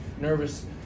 nervous